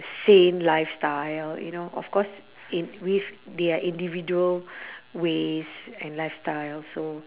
sane lifestyle you know of course in with their individual ways and lifestyle so